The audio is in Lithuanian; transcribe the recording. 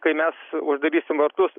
kai mes uždarysim vartus